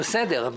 בסדר.